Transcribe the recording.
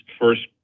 first